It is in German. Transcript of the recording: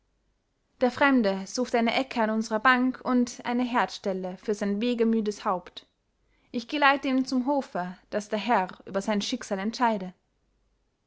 der fremde sucht eine ecke an unserer bank und eine herdstelle für sein wegemüdes haupt ich geleite ihn zum hofe daß der herr über sein schicksal entscheide